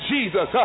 Jesus